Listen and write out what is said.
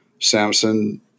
samson